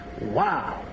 Wow